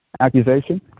accusation